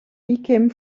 became